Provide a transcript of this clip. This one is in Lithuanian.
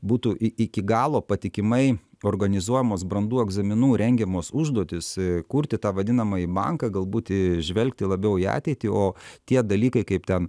būtų i iki galo patikimai organizuojamos brandų egzaminų rengiamos užduotis kurti tą vadinamąjį banką gal būti žvelgti labiau į ateitį o tie dalykai kaip ten